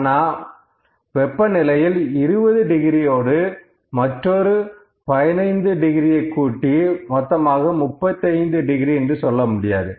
ஆனால் வெப்பநிலையில் 20 டிகிரியோடு மற்றொரு 15 டிகிரியை கூட்டி 35 டிகிரி என்று சொல்ல முடியாது